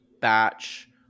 batch